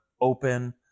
open